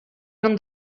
non